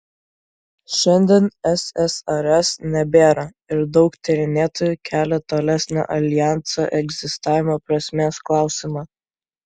šiandien ssrs nebėra ir daug tyrinėtojų kelia tolesnio aljanso egzistavimo prasmės klausimą